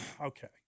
okay